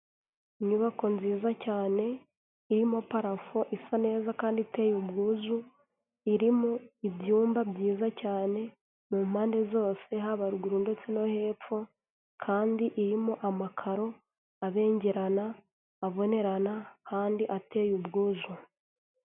Inyubako nziza cyane, irimo parafo isa neza kandi iteye ubwuzu, irimo ibyumba byiza cyane, mu mpande zose, haba ruguru ndetse no hepfo, kandi irimo amakaro abengerana, abonerana, kandi ateye ubwuzu.